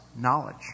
knowledge